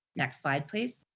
next slide, please.